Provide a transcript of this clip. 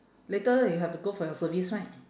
later you have to go for your service right